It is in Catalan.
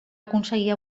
aconseguir